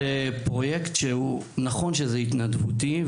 זה פרויקט שהוא התנדבותי,